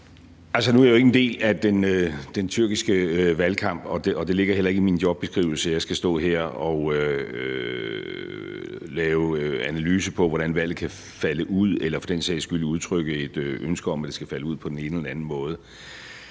Altså, nu er jeg jo ikke en del af den tyrkiske valgkamp, og det ligger heller ikke i min jobbeskrivelse, at jeg skal stå her og lave analyser af, hvordan valget kan falde ud, eller for den sags skyld udtrykke et ønske om, at det skal falde ud på den ene eller den anden måde.